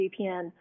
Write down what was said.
VPN